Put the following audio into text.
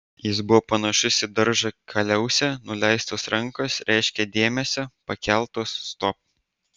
jis buvo panašus į daržo kaliausę nuleistos rankos reiškė dėmesio pakeltos stop